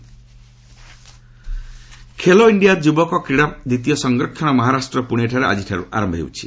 Khelo India Khelo India ଯୁବକ କ୍ରୀଡ଼ା ଦ୍ୱିତୀୟ ସଂସ୍କାରଣ ମହାରାଷ୍ଟ୍ରର ପୁଣେଠାରେ ଆଜିଠାରୁ ଆରମ୍ଭ ହେଉଛି